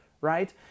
right